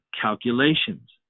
calculations